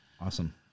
Awesome